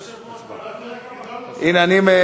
הוא אמר, הוא ממש לא אמר את זה.